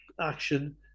action